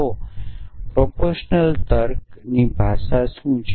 તો પ્રોપોરશનલ તર્કની ભાષા શું છે